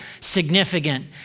significant